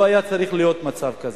לא היה צריך להיות מצב כזה,